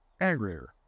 angrier